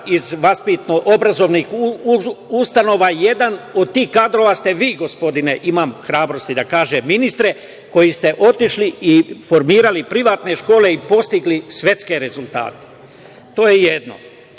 iz vaspitno obrazovnih ustanova, a jedan od tih kadrova ste vi gospodine, imam hrabrosti da to kažem, ministre koji ste otišli i formirali privatne škole i postigli svetske rezultate. To je jedno. Drugo,